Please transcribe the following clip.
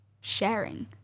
sharing